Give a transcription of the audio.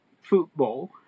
football